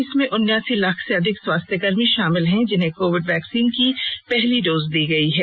इनमें उनासी लाख से अधिक स्वास्थ्यकर्मी शामिल हैं जिन्हें कोविड वैक्सीन की पहली डोज दी गई है